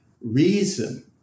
reason